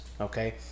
okay